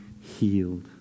healed